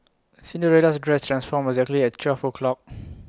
Cinderella's dress transformed exactly at twelve o'clock